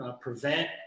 prevent